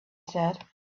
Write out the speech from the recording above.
said